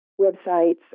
websites